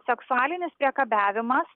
seksualinis priekabiavimas